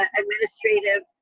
administrative